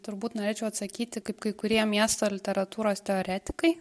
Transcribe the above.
turbūt norėčiau atsakyti kaip kai kurie miesto literatūros teoretikai